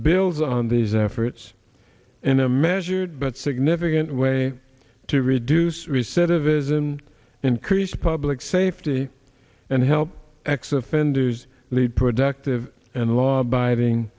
builds on these efforts in a measured but significant way to reduce recidivism increase public safety and help sex offenders lead productive and law abiding